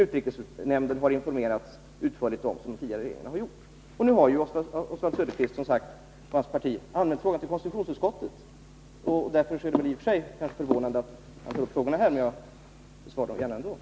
Utrikesnämnden har utförligt informerats om vad den tidigare regeringen har gjort. Oswald Söderqvist och hans partivänner har som sagt anmält frågan till konstitutionsutskottet. Därför är det kanske förvånande att dessa saker tas upp här. Men jag svarar ändå gärna på frågor.